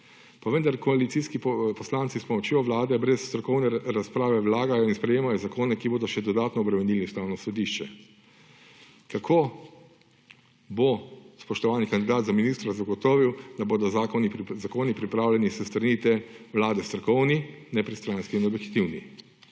vendar koalicijski poslanci s pomočjo Vlade brez strokovne razprave vlagajo in sprejemajo zakone, ki bodo še dodatno obremenili Ustavno sodišče. Kako bo, spoštovani kandidat za ministra zagotovil, da bodo zakoni pripravljeni s strani te Vlade strokovni, nepristranski in objektivni